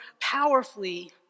powerfully